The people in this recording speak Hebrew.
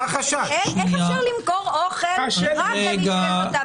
איך אפשר למכור אוכל רק לאדם שיש לו תו ירוק?